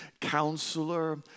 Counselor